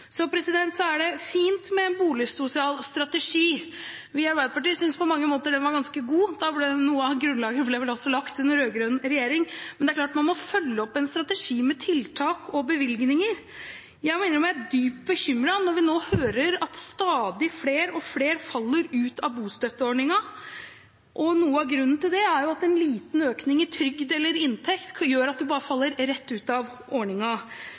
Så er det fint med en boligsosial strategi. Vi i Arbeiderpartiet synes på mange måter den var ganske god – noe av grunnlaget ble vel også lagt under rød-grønn regjering – men det er klart at man må følge opp en strategi med tiltak og bevilgninger. Jeg må innrømme at jeg er dypt bekymret når vi nå hører at stadig flere faller ut av bostøtteordningen, og noe av grunnen til det er at en liten økning i trygd eller inntekt gjør at man bare faller rett ut av